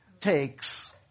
takes